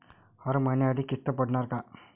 हर महिन्यासाठी किस्त पडनार का?